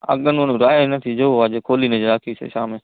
આગળનું પેલું ટાયર નથી જુઓ આજે ખોલીને જ રાખ્યું છે સામે